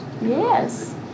Yes